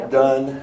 done